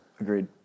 Agreed